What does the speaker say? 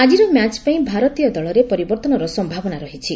ଆଜିର ମ୍ୟାଚ ପାଇଁ ଭାରତୀୟ ଦଳରେ ପରିବର୍ତ୍ତନର ସମ୍ଭାବନା ରହିଛି